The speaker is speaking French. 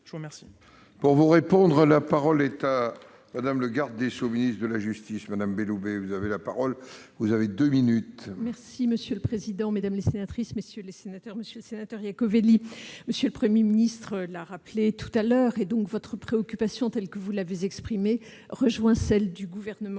je vous remercie